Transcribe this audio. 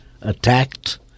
attacked